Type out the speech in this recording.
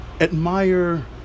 admire